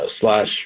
slash